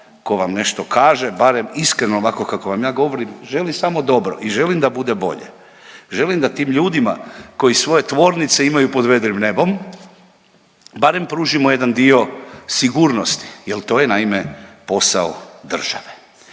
tko vam nešto kaže barem iskreno ovako kako vam ja govorim, želi samo dobro i želim da bude bolje. Želim da tim ljudima koji svoje tvornice imaju pod vedrim nebom barem pružimo jedan dio sigurnosti jer to je naime posao države.